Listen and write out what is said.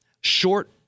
short